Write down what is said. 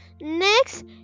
next